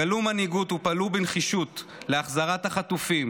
גלו מנהיגות ופעלו בנחישות להחזרת החטופים,